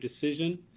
decision